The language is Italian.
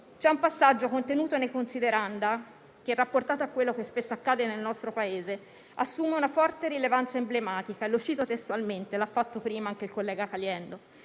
C'è un passaggio contenuto nel «considerando» 19 che, rapportato a ciò che spesso accade nel nostro Paese, assume una forte rilevanza emblematica. Lo cito testualmente. L'ha fatto prima che il collega Caliendo.